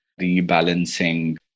rebalancing